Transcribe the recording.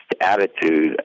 attitude